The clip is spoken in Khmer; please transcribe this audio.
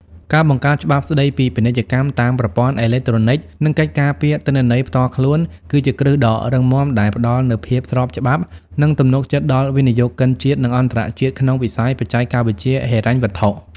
ការបង្កើតច្បាប់ស្ដីពីពាណិជ្ជកម្មតាមប្រព័ន្ធអេឡិចត្រូនិក និងកិច្ចការពារទិន្នន័យផ្ទាល់ខ្លួន គឺជាគ្រឹះដ៏រឹងមាំដែលផ្ដល់នូវភាពស្របច្បាប់ និងទំនុកចិត្តដល់វិនិយោគិនជាតិ និងអន្តរជាតិក្នុងវិស័យបច្ចេកវិទ្យាហិរញ្ញវត្ថុ។